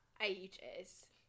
ages